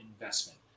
investment